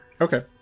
Okay